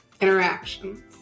interactions